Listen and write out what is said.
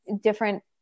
different